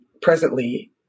presently